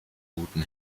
guten